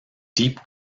deep